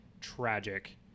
tragic